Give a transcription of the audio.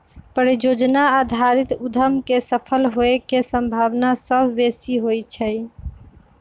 परिजोजना आधारित उद्यम के सफल होय के संभावना सभ बेशी होइ छइ